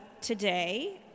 today